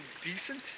decent